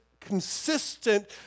consistent